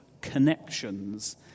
connections